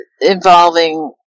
involving